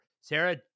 Sarah